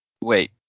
Wait